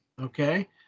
Okay